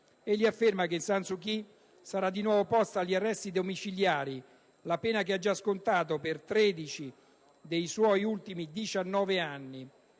Egli afferma che «San Suu Kyi sarà di nuovo posta agli arresti domiciliari, la pena che ha già scontato per 13 dei suoi ultimi 19 anni.